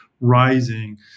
Rising